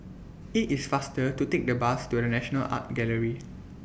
IT IS faster to Take The Bus to The National Art Gallery